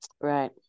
Right